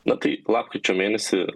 na tai lapkričio mėnesį